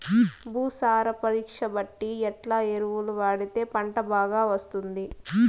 భూసార పరీక్ష బట్టి ఎట్లా ఎరువులు వాడితే పంట బాగా వస్తుంది?